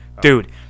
Dude